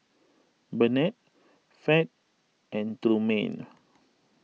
Bennett Fed and Trumaine